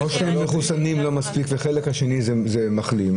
----- המחוסנים לא מספיק והחלק השני זה מחלים.